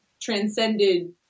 transcended